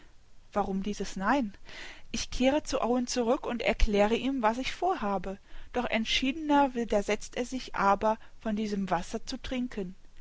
warum dieses nein ich kehre zu owen zurück und erkläre ihm was ich vorhabe noch entschiedener widersetzt er sich aber von diesem wasser zu trinken